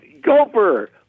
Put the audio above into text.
Gopher